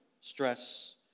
stress